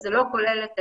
זה לא כולל את